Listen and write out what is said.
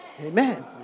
Amen